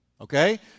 Okay